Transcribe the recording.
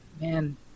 Man